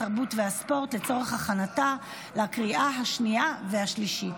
התרבות והספורט לצורך הכנתה לקריאה השנייה והשלישית.